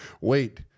wait